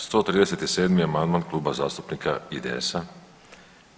137. amandman Kluba zastupnika IDS-a.